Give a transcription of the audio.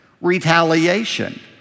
retaliation